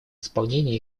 исполнении